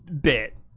bit